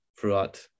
throughout